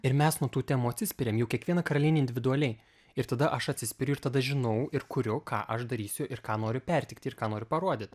ir mes nuo tų temų atsispiriam jau kiekviena karalienė individualiai ir tada aš atsispiriu ir tada žinau ir kuriu ką aš darysiu ir ką noriu perteikti ir ką noriu parodyt